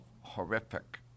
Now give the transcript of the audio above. horrific